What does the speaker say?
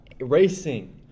racing